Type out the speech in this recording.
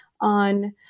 on